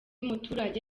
muturage